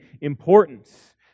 importance